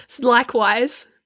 likewise